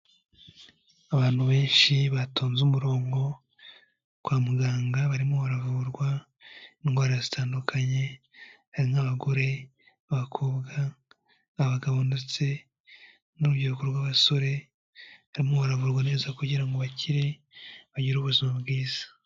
Abantu benshi batonze umurongo kwa muganga barimo baravurwa indwara zitandukanye harimo abagore, babakobwa, abagabo ndetse n'urubyiruko rw'abasore barimo baravurwa neza kugira ngo bakire bagire ubuzima bwiza.